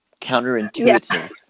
counterintuitive